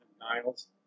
Niles